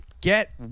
get